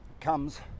comes